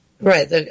Right